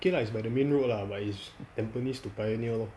okay lah it's by the main road lah but it's tampines to pioneer lor